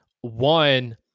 One